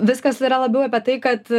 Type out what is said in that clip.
viskas yra labiau apie tai kad